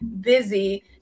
busy